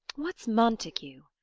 what's montague?